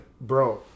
bro